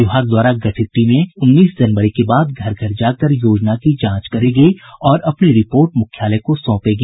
विभाग द्वारा गठित टीमें उन्नीस जनवरी के बाद घर घर जाकर योजना की जांच करेगी और अपनी रिपोर्ट मुख्यालय को सौंपेगी